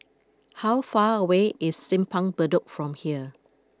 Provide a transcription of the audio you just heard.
how far away is Simpang Bedok from here